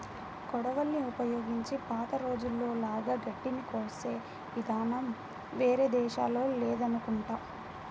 కొడవళ్ళని ఉపయోగించి పాత రోజుల్లో లాగా గడ్డిని కోసే ఇదానం వేరే దేశాల్లో లేదనుకుంటా